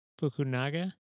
fukunaga